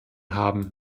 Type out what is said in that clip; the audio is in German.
haben